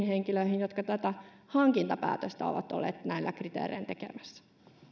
henkilöihin jotka tätä hankintapäätöstä ovat olleet näillä kriteerein tekemässä